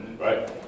right